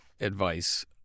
advice